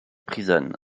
prison